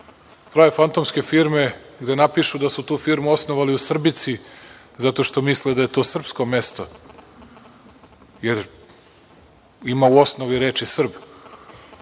prave fantomske firme gde napišu da su tu firmu osnovali u Srbici zato što misle da je to srpsko mesto, jer ima u osnovi reči srb,